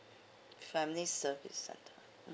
family service center mm